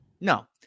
no